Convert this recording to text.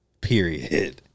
Period